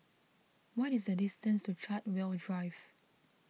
what is the distance to Chartwell Drive